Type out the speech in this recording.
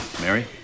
Mary